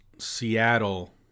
Seattle